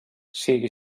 sigui